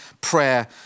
prayer